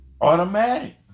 automatic